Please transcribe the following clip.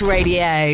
Radio